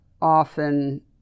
often